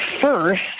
first